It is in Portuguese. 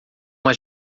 uma